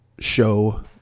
show